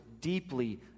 deeply